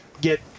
Get